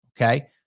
okay